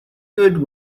good